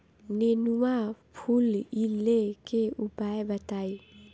नेनुआ फुलईले के उपाय बताईं?